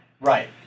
Right